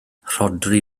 rhodri